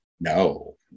No